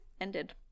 ended